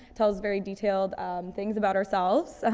tells very detailed things about ourselves. um,